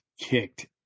kicked